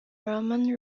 roman